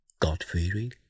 God-fearing